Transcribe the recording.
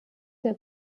der